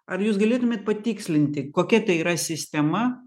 ar jūs galėtumėt patikslinti kokia tai yra sistema